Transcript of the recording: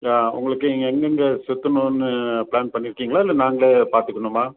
ஆ உங்களுக்கு இங்கே எங்கங்கே சுற்றுனுன்னு ப்ளன் பண்ணி இருக்கீங்களா இல்லை நாங்களே பார்த்துக்கணுமா